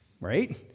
right